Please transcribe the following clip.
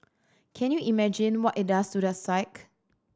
can you imagine what it does to their psyche